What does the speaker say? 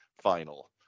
final